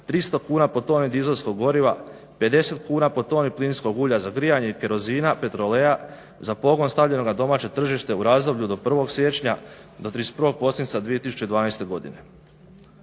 300 kuna po toni dizelskog goriva, 50 kuna po toni plinskog ulja za grijanje i kerozina, petroleja, za pogon stavljenoga na domaće tržište u razdoblju od 1. siječnja do 31. prosinca 2012. godine.